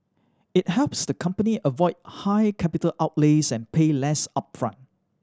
it helps the company avoid high capital outlays and pay less upfront